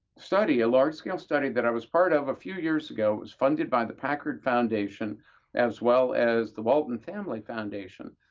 study, a large-scale study, that i was part of a few years ago. it was funded by the packard foundation as well as the walton family foundation,